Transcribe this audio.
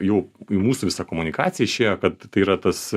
jau mūsų visa komunikacija išėjo kad tai yra tas